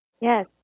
Yes